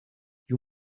you